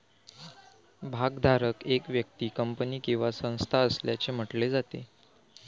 भागधारक एक व्यक्ती, कंपनी किंवा संस्था असल्याचे म्हटले जाते